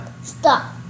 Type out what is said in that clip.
Stop